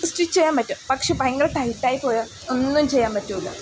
stitch ചെയ്യാൻ പറ്റും പക്ഷെ ഭയങ്കര ടൈറ്റായി പോയാൽ ഒന്നും ചെയ്യാൻ പറ്റില്ല